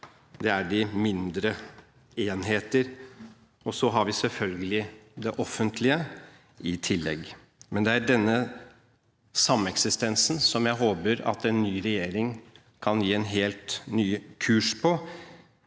det er de mindre enheter. Og så har vi selvfølgelig det offentlige i tillegg. Det er denne sameksistensen jeg håper at en ny regjering kan gi helt ny kurs på